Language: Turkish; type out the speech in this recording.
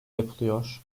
yapılıyor